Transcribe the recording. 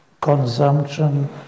consumption